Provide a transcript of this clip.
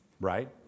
right